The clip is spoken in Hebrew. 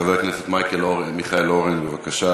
חבר הכנסת מיכאל אורן, בבקשה.